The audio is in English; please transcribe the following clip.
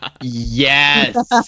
Yes